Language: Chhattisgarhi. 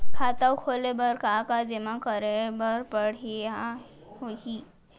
खाता खोले बर का का जेमा करे बर पढ़इया ही?